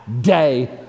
day